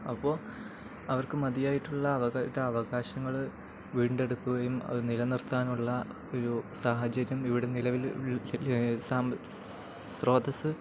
അപ്പോള് അവർക്കു മതിയായിട്ടുള്ള അവകാശങ്ങള് വീണ്ടെടുക്കുകയും അതു നിലനിർത്താനുള്ള ഒരു സാഹചര്യം ഇവിടെ നിലവിലെ സ്രോതസ്